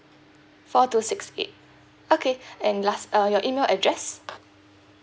four two six eight okay and last uh your email address